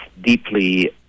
deeply